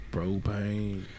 Propane